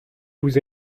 vous